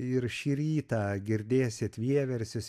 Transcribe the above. ir šį rytą girdėsit vieversius